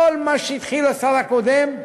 כל מה שהתחיל בו השר הקודם,